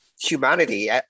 humanity